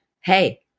Hey